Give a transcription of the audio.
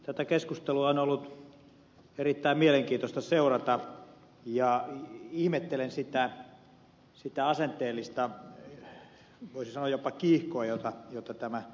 tätä keskustelua on ollut erittäin mielenkiintoista seurata ja ihmettelen sitä asenteellista voisi sanoa jopa kiihkoa jota tämä on herättänyt